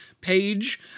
page